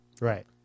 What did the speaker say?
Right